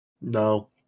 No